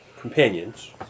companions